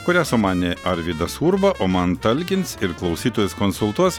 kurią sumanė arvydas urba o man talkins ir klausytojus konsultuos